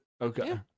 Okay